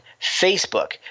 Facebook